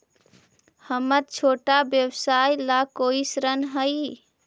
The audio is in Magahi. हमर छोटा व्यवसाय ला कोई ऋण हई?